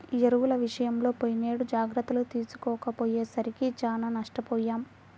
ఎరువుల విషయంలో పోయినేడు జాగర్తలు తీసుకోకపోయేసరికి చానా నష్టపొయ్యాం